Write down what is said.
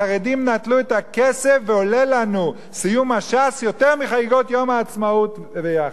החרדים נטלו את הכסף ועולה לנו סיום הש"ס יותר מחגיגות יום העצמאות יחד.